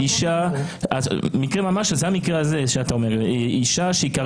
של אישה שכרגע היא בפריס,